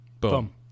Boom